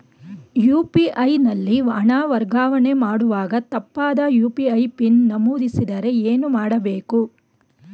UPI ನಲ್ಲಿ ಹಣ ವರ್ಗಾವಣೆ ಮಾಡುವಾಗ ತಪ್ಪಾದ ಯು.ಪಿ.ಐ ಪಿನ್ ನಮೂದಿಸಿದರೆ ಏನು ಮಾಡಬೇಕು?